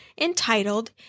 Entitled